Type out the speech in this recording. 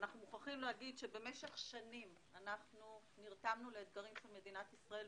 מוכרחים להגיד שבמשך שנים נרתמנו לאתגרים של מדינת ישראל.